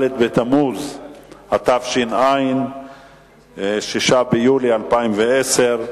בסיוון התש"ע (19 במאי 2010):